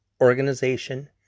organization